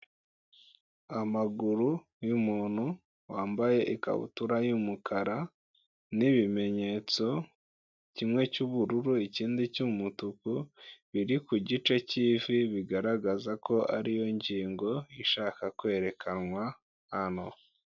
Amaguru y'umuntu wambaye ikabutura y'umukara n'ibimenyetso kimwe cy'ubururu, ikindi cy'umutuku biri ku gice cy'ivi bigaragaza ko ari yo ngingo ishaka kwerekanwa hano.